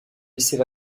laissées